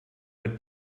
mit